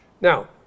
Now